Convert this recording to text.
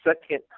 second